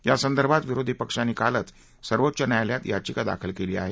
यासंदर्भात विरोधी पक्षांनी कालच सर्वोच्च न्यायालयात याचिका दाखल केली आहे